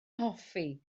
hoffi